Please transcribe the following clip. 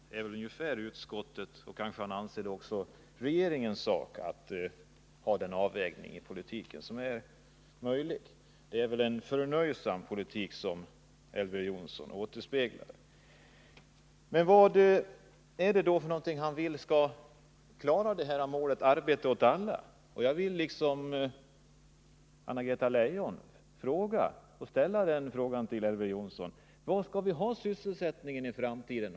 Han anser tydligen att det är utskottets och kanske också regeringens sak att göra den avvägning i arbetsmarknadspolitiken som är möjlig. Det är en förnöjsam politik som Elver Jonsson återspeglar. På vad sätt anser Elver Jonsson då att vi skall klara målet arbete åt alla? Jag vill liksom Anna-Greta Leijon fråga Elver Jonsson: Var skall vi ha sysselsättningen i framtiden?